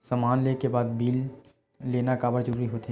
समान ले के बाद बिल लेना काबर जरूरी होथे?